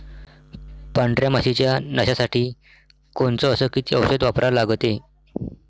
पांढऱ्या माशी च्या नाशा साठी कोनचं अस किती औषध वापरा लागते?